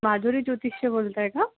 माधुरी ज्योतिषी बोलत आहे का